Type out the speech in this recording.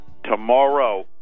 Tomorrow